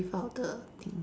breathe out the thing